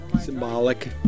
Symbolic